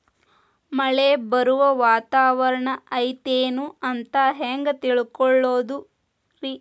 ಮಳೆ ಬರುವ ವಾತಾವರಣ ಐತೇನು ಅಂತ ಹೆಂಗ್ ತಿಳುಕೊಳ್ಳೋದು ರಿ?